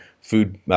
food –